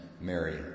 Mary